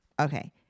okay